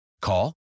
Call